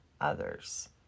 others